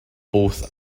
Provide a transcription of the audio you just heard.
both